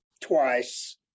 twice